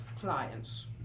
clients